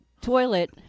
toilet